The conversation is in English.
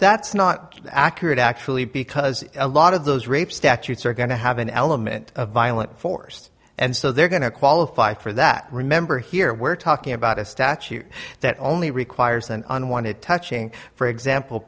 that's not accurate actually because a lot of those rape statutes are going to have an element of violent force and so they're going to qualify for that remember here we're talking about a statute that only requires an unwanted touching for example